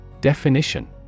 Definition